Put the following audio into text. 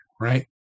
right